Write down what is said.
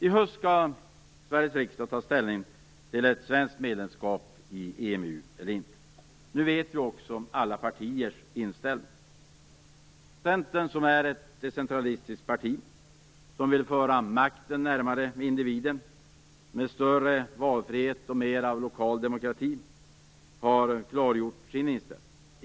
I höst skall riksdagen ta ställning till ett svenskt medlemskap i EMU. Nu vet vi också alla partiers inställning. Centerpartiet, som är ett decentralistiskt parti och som vill föra makten närmare individen med större valfrihet och mera av lokal demokrati, har klargjort sin inställning.